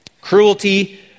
cruelty